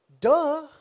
duh